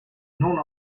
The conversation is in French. non